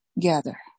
gather